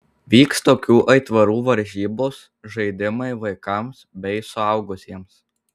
vyks tokių aitvarų varžybos žaidimai vaikams bei suaugusiems